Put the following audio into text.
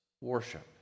worship